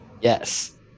yes